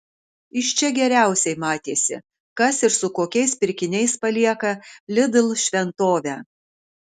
iš čia geriausiai matėsi kas ir su kokiais pirkiniais palieka lidl šventovę